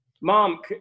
Mom